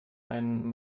ein